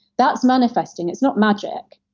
that's manifesting. it's not magic.